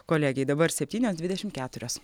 kolegei dabar septynios dvidešimt keturios